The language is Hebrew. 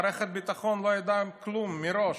מערכת ביטחון לא ידעה כלום מראש.